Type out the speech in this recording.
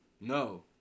No